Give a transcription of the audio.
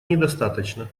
недостаточно